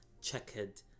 checkered